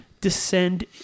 descend